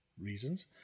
reasons